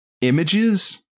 images